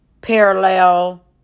parallel